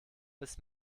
bis